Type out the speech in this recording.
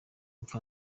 mfa